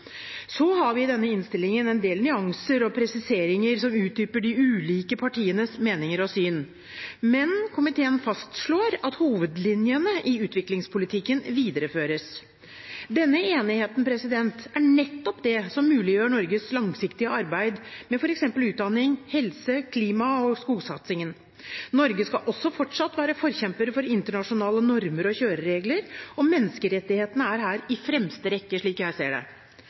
Så har vi i denne innstillingen en del nyanser og presiseringer som utdyper de ulike partienes meninger og syn. Men komiteen fastslår at hovedlinjene i utviklingspolitikken videreføres. Denne enigheten er nettopp det som muliggjør Norges langsiktige arbeid med f.eks. utdanning, helse og klima- og skogsatsingen. Norge skal også fortsatt være forkjempere for internasjonale normer og kjøreregler, og menneskerettighetene er her i fremste rekke, slik jeg ser det.